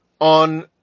on